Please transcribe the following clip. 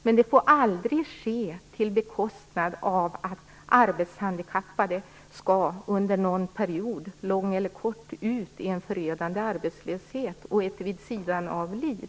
Men det får aldrig ske på bekostnad av de arbetshandikappade, så att de under någon period, lång eller kort, måste gå ut i en förödande arbetslöshet och ett vid-sidan-av-liv.